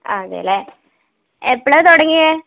ആ അതേല്ലേ എപ്പോഴാണു തുടങ്ങിയത്